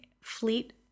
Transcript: fleet